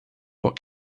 what